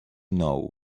know